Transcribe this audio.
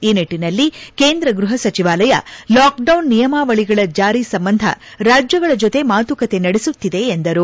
ಈ ನಿಟ್ಟನಲ್ಲಿ ಕೇಂದ್ರ ಗೃಹ ಸಚಿವಾಲಯ ಲಾಕ್ಡೌನ್ ನಿಯಮಾವಳಿಗಳ ಜಾರಿ ಸಂಬಂಧ ರಾಜ್ಲಗಳ ಜತೆ ಮಾತುಕತೆ ನಡೆಸುತ್ತಿದೆ ಎಂದರು